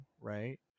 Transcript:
right